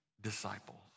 disciples